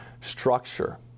structure